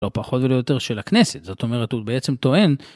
לא פחות ולא יותר של הכנסת זאת אומרת הוא בעצם טוען.